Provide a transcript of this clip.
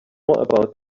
about